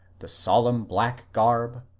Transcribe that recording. the solemn black garb,